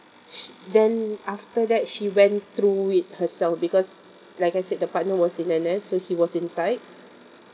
sh~ then after that she went through it herself because like I said the partner was in N_S so he was inside